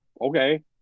okay